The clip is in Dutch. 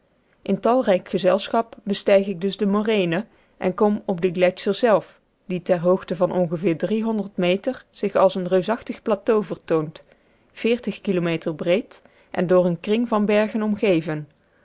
in talrijk gezelschap bestijg ik dus de moraine en kom op den gletscher zelven die ter hoogte van ongeveer meter zich als een reusachtig plateau vertoont kilometer breed en door een kring van bergen omgeven